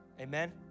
amen